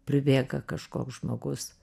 pribėga kažkoks žmogus